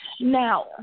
Now